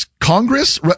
Congress